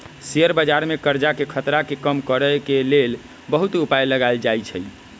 share बजार में करजाके खतरा के कम करए के लेल बहुते उपाय लगाएल जाएछइ